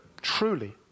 truly